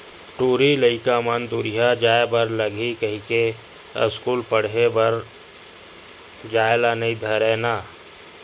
टूरी लइका मन दूरिहा जाय बर लगही कहिके अस्कूल पड़हे बर जाय ल नई धरय ना